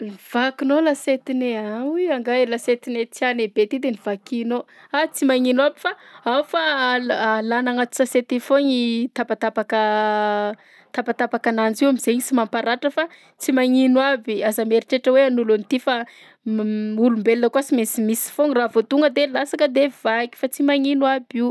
Vakinao lasietinay a! Aoy angahy e! Lasietinay tianay be ty de novakianao. Ah! tsy magnino aby fa ao fa al- alana agnaty sase ty foagna i tapatapaka tapatapakananjy io am'zainy sy mampaharatra fa tsy magnino aby! Aza mieritreritra hoe hanolo an'ty fa olombelona koa sy mainsy misy foagna raha voadona de lasaka de vaky, fa tsy magnino aby io.